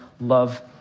love